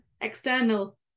external